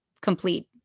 complete